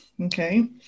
Okay